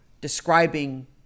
describing